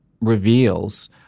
reveals